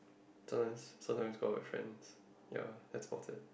sometimes sometimes go out with friends ya that's about it